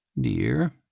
Dear